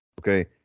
okay